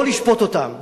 לא לשפוט אותם.